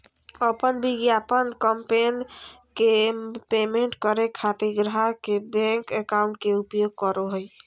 अपन विज्ञापन कैंपेन के पेमेंट करे खातिर ग्राहक के बैंक अकाउंट के उपयोग करो हइ